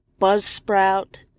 buzzsprout